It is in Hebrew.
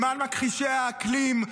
למען מכחישי האקלים.